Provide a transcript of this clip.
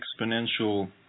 exponential